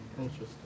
Interesting